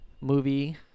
movie